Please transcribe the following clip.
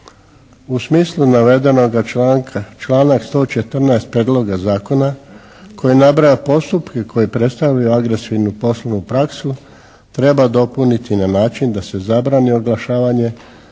U smislu navedenoga članka, članak 114. prijedloga zakona koji nabraja postupke koji predstavljaju agresivnu poslovnu praksu treba dopuniti na način da se zabrani oglašavanje